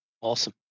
awesome